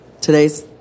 Today's